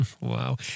Wow